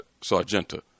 sargenta